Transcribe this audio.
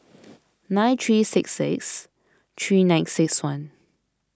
nine three six six three nine six one